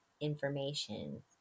information